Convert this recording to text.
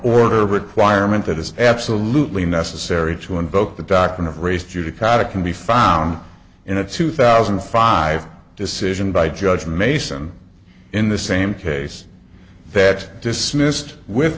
order requirement that is absolutely necessary to invoke the doctrine of res judicata can be found in a two thousand and five decision by judge mason in the same case that dismissed with